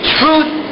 truth